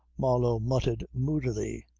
marlow muttered moodily.